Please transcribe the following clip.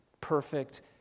perfect